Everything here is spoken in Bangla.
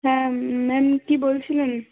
হ্যাঁ ম্যাম কী বলছিলেন